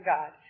God